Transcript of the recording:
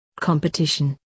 Competition